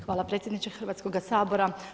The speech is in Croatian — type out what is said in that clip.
Hvala predsjedniče Hrvatskog sabora.